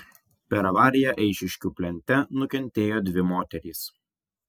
per avariją eišiškių plente nukentėjo dvi moterys